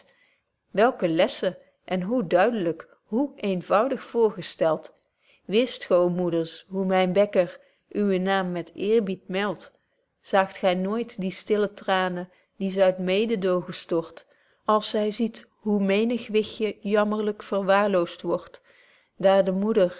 welke lessen en hoe duidlyk hoe eenvoudig voorgestelt wist g ô moeders hoe myn bekker uwen naam met eerbied meld zaagt gy ooit die stille traanen die ze uit mededogen stort als zy ziet hoe menig wichtje jammerlyk verwaarloost word daar de moeder